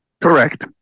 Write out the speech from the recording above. Correct